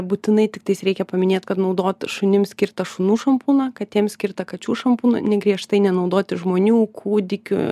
būtinai tiktai reikia paminėti kad naudot šunims skirtą šunų šampūną katėms skirta kačių šampūną griežtai nenaudoti žmonių kūdikių